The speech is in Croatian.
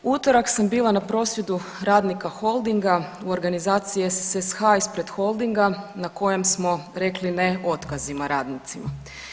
U utorak sam bila na prosvjedu radnika Holdinga u organizaciji SSSH-a ispred Holdinga na kojem smo rekli ne otkazima radnicima.